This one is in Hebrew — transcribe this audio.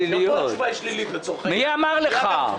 מי אמר לך?